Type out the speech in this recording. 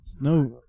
No